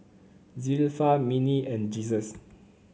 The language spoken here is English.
Zilpha Minnie and Jesus